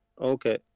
okay